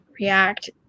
react